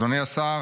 אדוני השר,